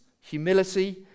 humility